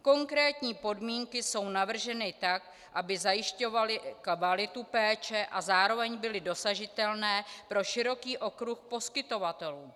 Konkrétní podmínky jsou navrženy tak, aby zajišťovaly kvalitu péče a zároveň byly dosažitelné pro široký okruh poskytovatelů.